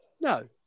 No